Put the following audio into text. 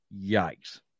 yikes